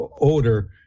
odor